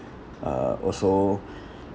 uh also